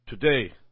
today